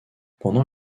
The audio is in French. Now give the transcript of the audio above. pendant